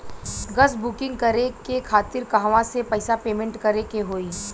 Gas booking करे के खातिर कहवा से पैसा पेमेंट करे के होई?